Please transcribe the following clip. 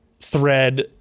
thread